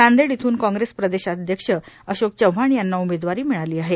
नांदेड इथून कॉग्रेस प्रदेशाध्यक्ष अशोक चव्हाण यांना उमेदवारी मिळाली आहे